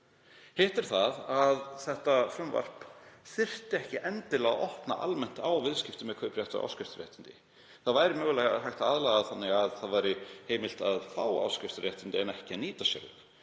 Hitt er að þetta frumvarp þyrfti ekki endilega að opna almennt á viðskipti með kaupréttar- og áskriftarréttindi. Það væri hægt að aðlaga það þannig að það væri heimilt að fá áskriftarréttindi en ekki að nýta sér